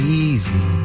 easy